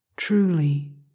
Truly